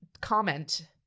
comment